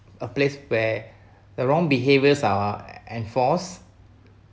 a place where the wrong behaviours are enforce